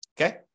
Okay